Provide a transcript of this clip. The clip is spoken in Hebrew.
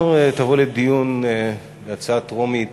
מחר תבוא לדיון בקריאה טרומית